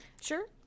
Sure